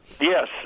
Yes